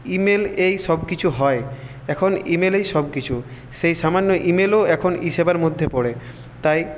email এই সব কিছু হয় এখন ইমেলেই সব কিছু সেই সামান্য ইমেলও এখন ই সেবার মধ্যে পড়ে তাই